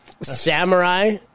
Samurai